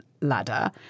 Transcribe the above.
ladder